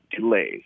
delays